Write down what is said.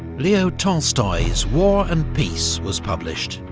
leo tolstoy's war and peace' was published,